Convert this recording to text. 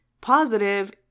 positive